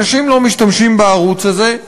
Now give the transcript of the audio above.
אנשים לא משתמשים בערוץ הזה,